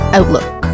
Outlook